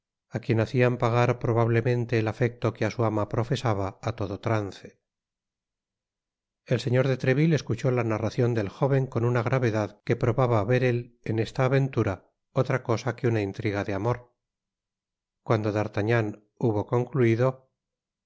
á quien hacian pagar probablemente el afecto que á su ama profesaba á todo trance el señor de treville escuchó la narracion del jóven con una gravedad que probaba ver él en esta aventura otra cosa que una intriga de amor cuando d'artagnan hubo concluido hum